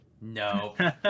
No